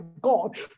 God